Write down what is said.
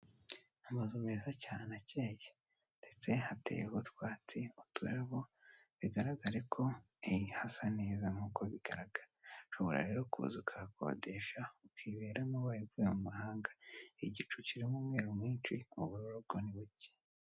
Amazu meza cyane akeye ndetse hateye utwatsi, n'uturabo, bigaragare ko hasa neza nk'uko bigaragara. Ushoborarero kuza ugakodesha ukiberamo, ubaye uvuye mu mahanga. Igicu kirimo umweru mwinshi, ubururu bwo ni buke.